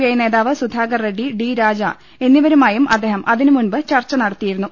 I നേതാവ് Sudhakar Reddy D Raja എന്നിവരുമായും അദ്ദേഹം അതിന് മുമ്പ് ചർച്ച നടത്തിയിരു ന്നു